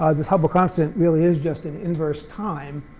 ah this hubble constant really is just an inverse time,